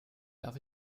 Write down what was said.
darf